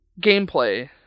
Gameplay